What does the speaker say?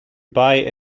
buy